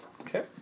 Okay